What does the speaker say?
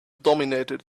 dominated